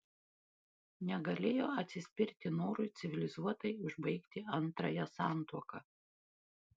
negalėjo atsispirti norui civilizuotai užbaigti antrąją santuoką